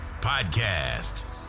podcast